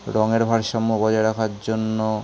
রঙের ভারসাম্য বজায় রাখার জন্য